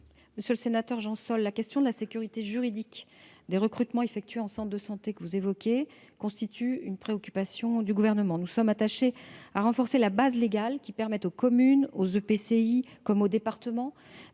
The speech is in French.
Monsieur le sénateur Jean Sol, la question de la sécurité juridique des recrutements effectués en centre de santé constitue une préoccupation du Gouvernement. Nous nous attachons à renforcer la base légale permettant aux communes, aux établissements